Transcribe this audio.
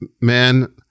man